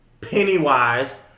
Pennywise